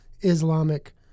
Islamic